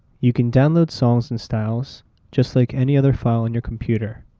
you can download songs and styles just like any other file on your computer.